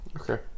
okay